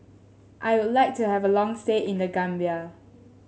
I would like to have a long stay in The Gambia